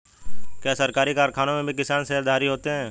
क्या सरकारी कारखानों में भी किसान शेयरधारी होते हैं?